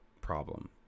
problem